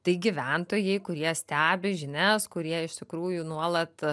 tai gyventojai kurie stebi žinias kurie iš tikrųjų nuolat